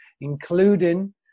including